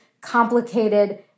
complicated